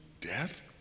death